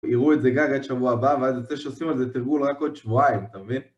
יראו את זה גג עדשבוע הבא, ואז יוצא שעושים על זה תרגול רק עוד שבועיים, אתה מבין?